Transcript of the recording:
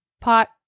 Pot